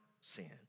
sin